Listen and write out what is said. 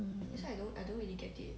um